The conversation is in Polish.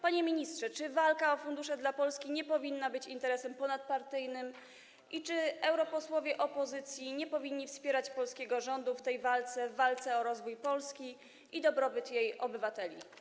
Panie ministrze, czy walka o fundusze dla Polski nie powinna być interesem ponadpartyjnym i czy europosłowie opozycji nie powinni wspierać polskiego rządu w tej walce, w walce o rozwój Polski i dobrobyt jej obywateli?